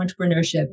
entrepreneurship